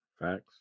Facts